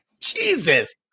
Jesus